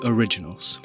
Originals